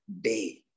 day